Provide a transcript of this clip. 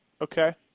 Okay